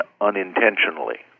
unintentionally